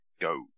Go